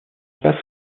passe